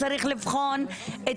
צריך לבחון.